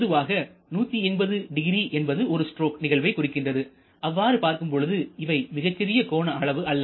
பொதுவாக 1800 என்பது ஒரு ஸ்ட்ரோக் நிகழ்வை குறிக்கின்றது அவ்வாறு பார்க்கும் பொழுது இவை மிகச்சிறிய கோண அளவு அல்ல